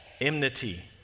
enmity